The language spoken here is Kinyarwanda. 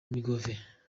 miyove